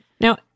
Now